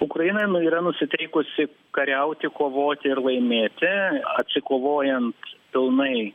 ukraina nu yra nusiteikusi kariauti kovoti ir laimėti atsikovojant pilnai